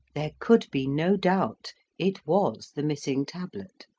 there could be no doubt it was the missing tablet.